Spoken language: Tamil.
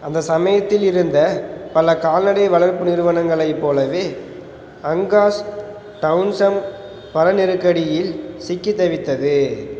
அந்தச் சமயத்தில் இருந்த பல கால்நடை வளர்ப்பு நிறுவனங்ளைப் போலவே அங்காஸ் டவுன்ஸம் பணம் நெருக்கடியில் சிக்கித் தவித்தது